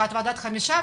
ועדת החמישה,